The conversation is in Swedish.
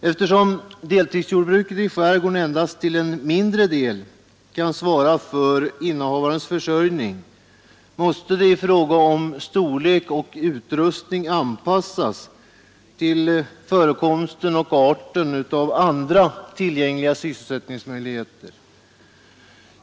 Eftersom deltidsjordbruket i skärgården endast till en mindre del kan svara för innehavarens försörjning, måste det i fråga om storlek och utrustning anpassas till förekomsten och arten av andra tillgängliga sysselsättningsmöjligheter.